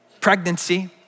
pregnancy